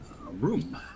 room